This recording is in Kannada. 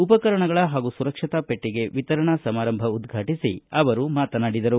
ಉಪಕರಣಗಳ ಹಾಗೂ ಸುರಕ್ಷತಾ ಪೆಟ್ಟಗೆ ವಿತರಣಾ ಸಮಾರಂಭ ಉದ್ಘಾಟಿಸಿ ಅವರು ಮಾತನಾಡಿದರು